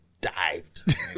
dived